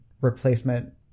replacement